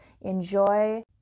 enjoy